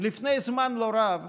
לפני זמן לא רב